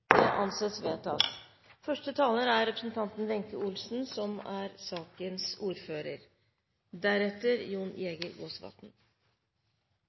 Det anses vedtatt. Første taler er Tove Karoline Knutsen som